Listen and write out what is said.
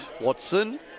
Watson